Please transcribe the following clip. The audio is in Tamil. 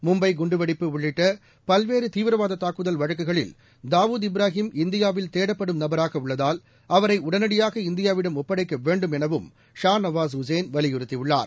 மும்பை குண்டுவெடிப்பு உள்ளிட்ட பல்வேறு தீவிரவாத தாக்குதல் வழக்குகளில்இ தாவூத் இப்ராஹிம் இந்தியாவில் தேடப்படும் நபராக உள்ளதால்இ அவரை உடனடியாக இந்தியாவிடம் ஒப்படைக்க வேண்டும் எனவும் ஷா நவாஸ் உசேன் வலியுறுத்தியுள்ளார்